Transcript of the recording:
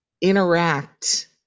interact